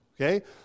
Okay